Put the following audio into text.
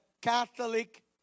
Catholic